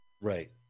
Right